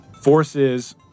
forces